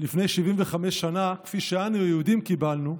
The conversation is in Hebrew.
לפני 75 שנה כפי שאנו היהודים קיבלנו,